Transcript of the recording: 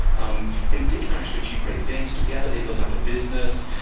um they did manage to achieve great things. together, they built up a business.